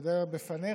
אודה בפניך.